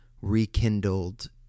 rekindled